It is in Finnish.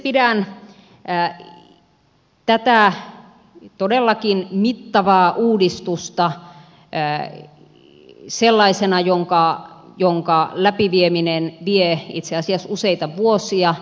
itse pidän tätä todellakin mittavaa uudistusta sellaisena jonka läpivieminen toteuttaminen vie itse asiassa useita vuosia